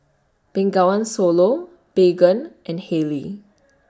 Bengawan Solo Baygon and Haylee